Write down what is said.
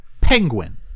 penguin